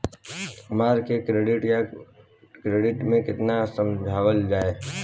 हमरा के डेबिट या क्रेडिट कार्ड के मतलब समझावल जाय?